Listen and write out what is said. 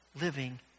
living